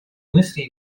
мысли